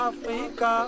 Africa